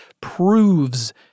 proves